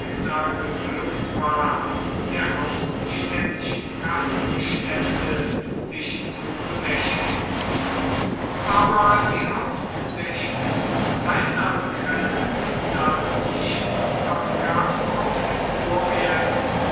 geglückt war der hauptstädtischen kassenbestände sich zu bemächtigen aber die hauptsächlichsten einnahmequellen namentlich die abgaben aus dem orient